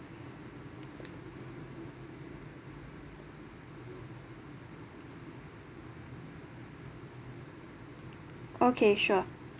okay sure